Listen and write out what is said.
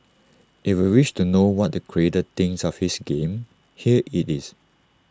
if you wish to know what the creator thinks of his game here IT is